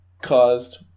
Caused